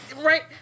Right